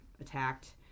attacked